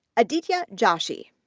aditya joshie,